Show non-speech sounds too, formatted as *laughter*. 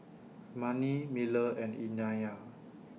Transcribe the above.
Manie Miller and *unintelligible*